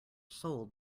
sold